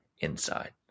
inside